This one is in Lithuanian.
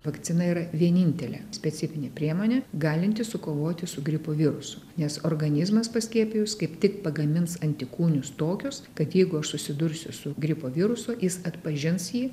vakcina yra vienintelė specifinė priemonė galinti sukovoti su gripo virusu nes organizmas paskiepijus kaip tik pagamins antikūnius tokius kad jeigu aš susidursiu su gripo virusu jis atpažins jį